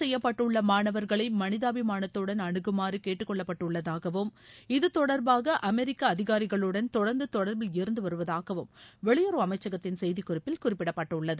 செய்யப்பட்டுள்ள மாணவர்களை மனிதாபிமானத்துடன் அணுகுமாறு கைது கேட்டுக்கொள்ளப்பட்டுள்ளதாகவும் இது தொடர்பாக அமெரிக்க அதிகாரிகளுடன் தொடர்ந்து தொடர்பில் இருந்துவருவதாகவும் வெளியுறவு அமைச்சகத்தின் செய்திகுறிப்பில் குறிப்பிடப்பட்டுள்ளது